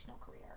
career